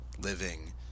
living